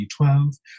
2012